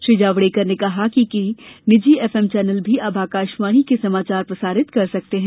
श्री जावडेकर ने कहा कि निजी एफएम चैनल भी अब आकाशवाणी के समाचार प्रसारित कर सकते हैं